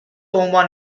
عنوان